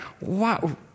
Wow